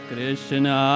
Krishna